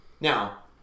Now